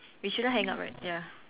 we shouldn't hang up right ya